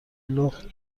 لخت